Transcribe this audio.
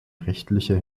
rechtlicher